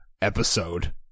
episode